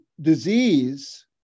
disease